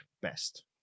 best